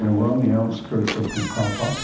and we're on the outskirts of pucallpa.